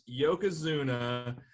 Yokozuna